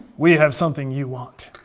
we have something you want.